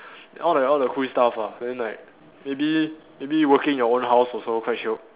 all the all the cool stuff ah then like maybe maybe working in your own house also quite shiok